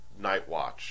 Nightwatch